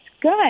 good